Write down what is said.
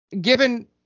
given